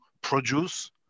produce